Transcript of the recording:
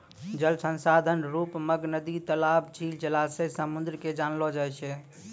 जल संसाधन रुप मग नदी, तलाब, झील, जलासय, समुन्द के जानलो जाय छै